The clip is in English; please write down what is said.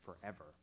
forever